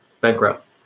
bankrupt